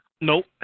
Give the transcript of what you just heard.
Nope